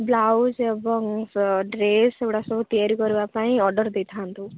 blouse ଏବଂ dress ଏଗୁଡ଼ା ସବୁ ତିଆରି କରିବା ପାଇଁ ଅର୍ଡ଼ର ଦେଇଥାନ୍ତୁ